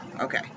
Okay